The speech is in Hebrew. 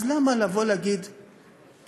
אז למה לבוא להגיד אין?